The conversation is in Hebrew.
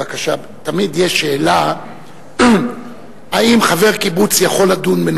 תמיד יש שאלה אם חבר קיבוץ יכול לדון או לא יכול